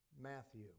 Matthew